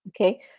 Okay